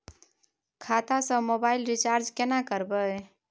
खाता स mobile recharge केना करबे?